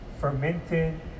fermented